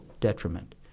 detriment